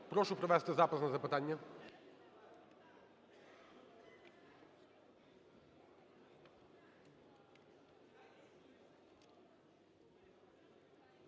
Прошу провести запис на запитання.